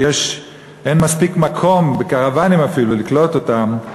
ואפילו אין מספיק מקום בקרוונים לקלוט אותם,